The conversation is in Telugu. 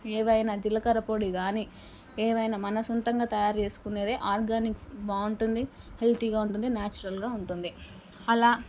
ఏవైనా జీలకర్ర పొడి కానీ ఏవైనా మన సొంతంగా తయారు చేసుకునేది ఆర్గానిక్ ఫుడ్ బాగుంటుంది హెల్దీగా ఉంటుంది నేచురల్గా ఉంటుంది అలా